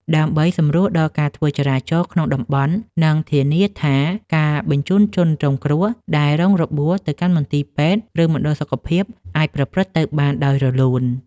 ដើម្បីសម្រួលដល់ការធ្វើចរាចរណ៍ក្នុងតំបន់ និងធានាថាការបញ្ជូនជនរងគ្រោះដែលរងរបួសទៅកាន់មន្ទីរពេទ្យ ឬមណ្ឌលសុខភាព អាចប្រព្រឹត្តទៅបានដោយរលូន។